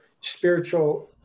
spiritual